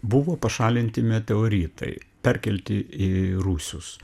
buvo pašalinti meteoritai perkelti į rūsius